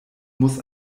muss